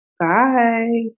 Bye